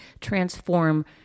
transform